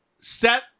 set